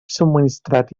subministrat